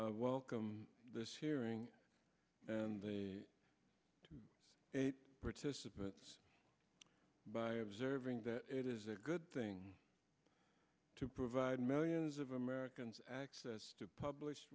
s welcome this hearing participants by observing that it is a good thing to provide millions of americans access to publish